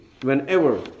whenever